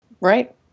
Right